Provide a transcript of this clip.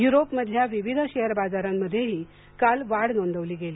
युरोपमधल्या विविध शेअर बाजारांमध्येही काल वाढ नोंदली गेली